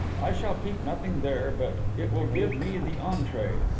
i shall keep nothing there, but it will give me the entree.